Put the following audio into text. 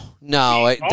no